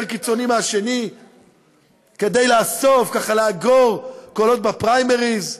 קיצוני מהשני כדי לאגור קולות בפריימריז.